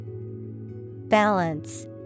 Balance